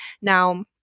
Now